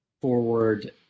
forward